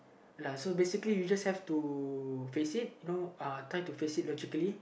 lah so basically you just have to face it you know try to face it logically